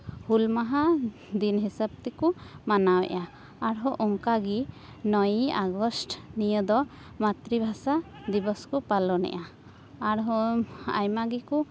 ᱦᱩᱞ ᱢᱟᱦᱟ ᱫᱤᱱ ᱦᱤᱥᱟᱹᱵ ᱛᱮᱠᱚ ᱢᱟᱱᱟᱣᱮᱜᱼᱟ ᱟᱨᱦᱚᱸ ᱚᱝᱠᱟ ᱜᱮ ᱱᱚᱭᱮ ᱟᱜᱚᱥᱴ ᱱᱤᱭᱟᱹ ᱫᱚ ᱢᱟᱛᱛᱨᱤ ᱵᱷᱟᱥᱟ ᱫᱤᱵᱚᱥ ᱠᱚ ᱯᱟᱞᱚᱱᱮᱜᱼᱟ ᱟᱨᱦᱚᱸ ᱟᱭᱢᱟ ᱜᱮᱠᱚ